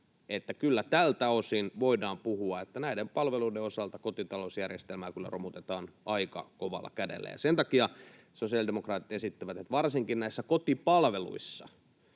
että kyllä tältä osin voidaan puhua, että näiden palveluiden osalta kotitalousjärjestelmää romutetaan aika kovalla kädellä. Sen takia sosiaalidemokraatit esittävät, että varsinkin näissä kotipalveluissa,